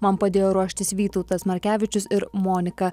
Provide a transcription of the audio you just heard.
man padėjo ruoštis vytautas markevičius ir monika